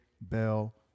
Bell